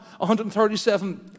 137